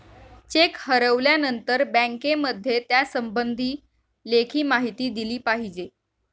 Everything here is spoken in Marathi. चेक हरवल्यानंतर बँकेमध्ये त्यासंबंधी लेखी माहिती दिली पाहिजे